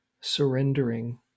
surrendering